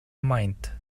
mind